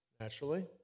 naturally